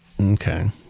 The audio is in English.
Okay